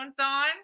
on